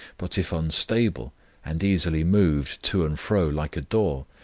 but if unstable and easily moved to and fro like a door,